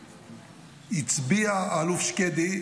הצביע האלוף שקדי,